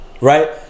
Right